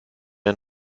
ein